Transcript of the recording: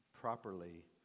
properly